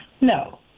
No